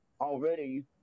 already